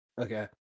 Okay